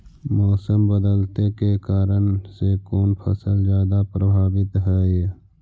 मोसम बदलते के कारन से कोन फसल ज्यादा प्रभाबीत हय?